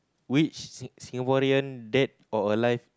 which Sing~ Singaporean dead or alive